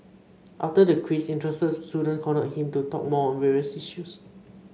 after the quiz interested student cornered him to talk more on various issues